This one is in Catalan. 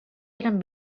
eren